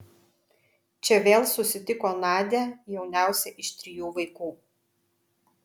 čia vėl susitiko nadią jauniausią iš trijų vaikų